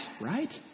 right